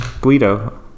Guido